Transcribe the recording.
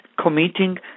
committing